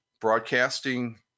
broadcasting